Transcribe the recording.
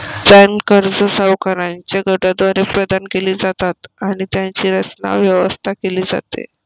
संलग्न कर्जे सावकारांच्या गटाद्वारे प्रदान केली जातात आणि त्यांची रचना, व्यवस्था केली जाते